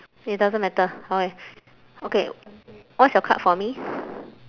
it doesn't matter okay okay what's your card for me